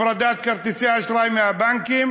הפרדת כרטיסי אשראי מהבנקים